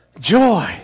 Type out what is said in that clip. Joy